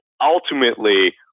ultimately